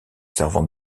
servant